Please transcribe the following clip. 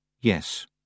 Yes